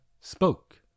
spoke